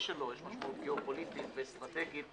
שלו יש משמעות גאופוליטית ואסטרטגית,